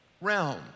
realm